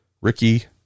ricky